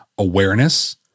Awareness